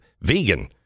vegan